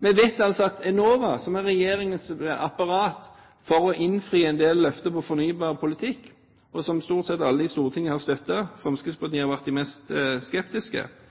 Vi vet at Enova, som er regjeringens apparat for å innfri en del løfter når det gjelder fornybar politikk, og som stort sett alle her i Stortinget støtter – Fremskrittspartiet har